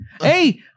Hey